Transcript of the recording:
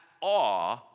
awe